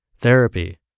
therapy